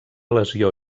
lesió